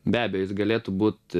be abejo jis galėtų būti